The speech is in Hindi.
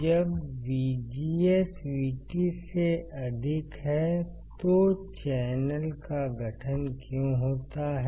जब VGS VT से अधिक है तो चैनल का गठन क्यों होता है